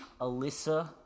Alyssa